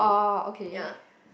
yeah